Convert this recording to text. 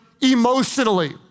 emotionally